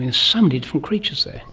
there's so many different creatures there.